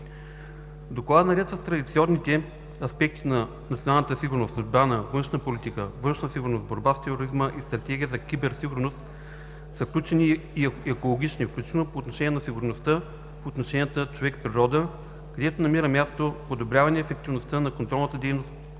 Доклада наред с традиционните аспекти на националната сигурност – отбрана, външна политика, външна сигурност, борба с тероризма и стратегия за киберсигурност са включени и екологични, включително по отношение на сигурността в отношенията човек-природа, където намира място подобряване ефективността на контролната дейност